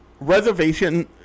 reservation